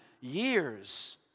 years